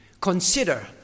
consider